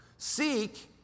Seek